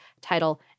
title